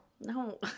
No